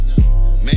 man